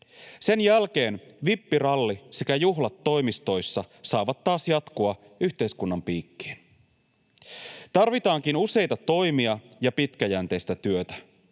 Sen jälkeen vippiralli sekä juhlat toimistoissa saavat taas jatkua yhteiskunnan piikkiin. Tarvitaankin useita toimia ja pitkäjänteistä työtä.